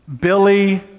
Billy